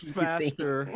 faster